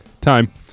Time